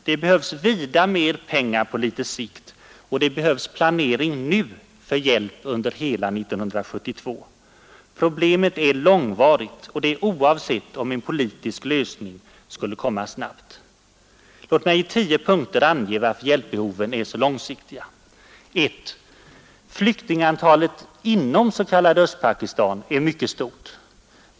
Det behövs vida mer pengar på litet sikt, och det behövs planering nu för hjälp under hela 1972. Problemet är långvarigt, och det oavsett om en politisk lösning skulle komma snabbt. N Låt mig i 10 punkter ange varför hjälpbehoven är så långsiktiga. 1. Flyktingantalet inom s.k. Östpakistan är mycket stort.